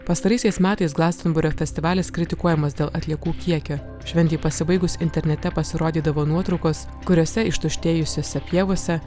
pastaraisiais metais glastonberio festivalis kritikuojamas dėl atliekų kiekio šventei pasibaigus internete pasirodydavo nuotraukos kuriose ištuštėjusiose pievose